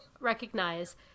recognize